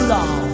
Long